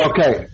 Okay